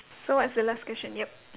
so what's the last question yup